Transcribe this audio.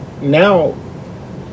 now